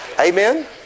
Amen